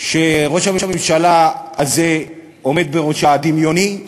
שראש הממשלה הזה עומד בראשה הדמיוני,